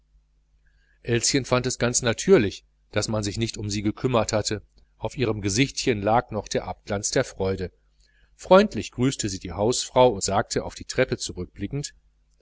elschen fand es ganz natürlich daß man sich nicht um sie gekümmert hatte auf ihrem gesichtchen lag noch der abglanz der freude der vater hatte ja sein billet freundlich grüßte sie die hausfrau und sagte auf der treppe zurückblickend